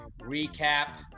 recap